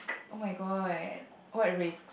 oh-my-god what race